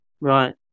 Right